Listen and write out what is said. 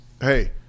hey